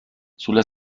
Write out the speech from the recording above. sulla